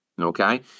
Okay